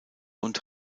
und